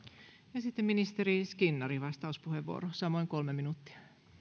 ja sitten ministeri skinnarille vastauspuheenvuoro samoin kolme minuuttia